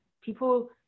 people